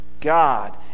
God